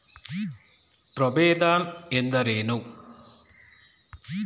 ಪ್ರಭೇದ ಎಂದರೇನು?